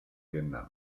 vietnam